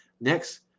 Next